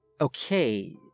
Okay